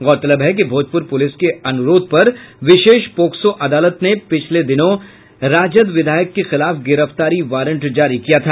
गौरतलब है कि भोजपुर पुलिस के अनुरोध पर विशेष पोक्सो अदालत ने पिछले दिनों राजद विधायक के खिलाफ गिरफ्तारी वारंट जारी किया था